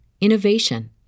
innovation